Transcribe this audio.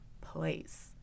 place